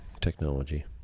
technology